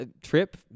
trip